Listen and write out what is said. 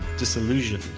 disillusioned.